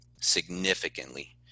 significantly